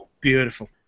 Beautiful